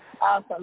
Awesome